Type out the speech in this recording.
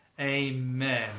Amen